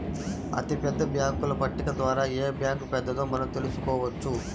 అతిపెద్ద బ్యేంకుల పట్టిక ద్వారా ఏ బ్యాంక్ పెద్దదో మనం తెలుసుకోవచ్చు